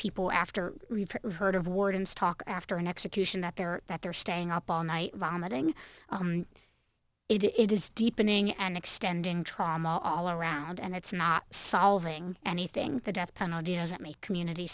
people after heard of wardens talk after an execution that they're that they're staying up all night vomiting it is deepening and extending trauma all around and it's not solving anything the death penalty doesn't make community